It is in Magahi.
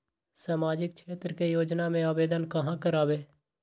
सामाजिक क्षेत्र के योजना में आवेदन कहाँ करवे?